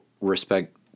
respect